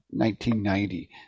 1990